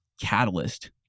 catalyst